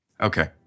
Okay